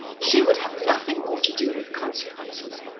she would have nothing more to do with consequences.